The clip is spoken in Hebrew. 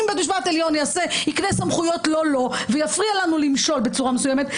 אם בית משפט עליון יקנה סמכויות לא לו ויפריע לנו למשול בצורה מסוימת,